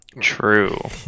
True